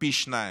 פי שניים.